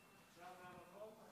ההצעה להעביר את הנושא לוועדת העבודה,